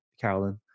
Carolyn